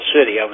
City